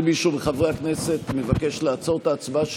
אם מישהו מחברי הכנסת מבקש לעצור את ההצבעה,